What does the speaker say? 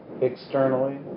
externally